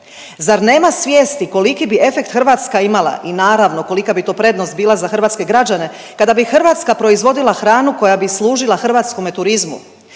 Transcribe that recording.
Zar nema svijesti koliki bi efekt Hrvatska imala i naravno kolika bi to prednost bila za hrvatske građane kada bi Hrvatska proizvodila hranu koja bi služila hrvatskome turizmu.